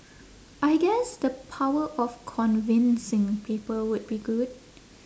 I guess the power of convincing people would be good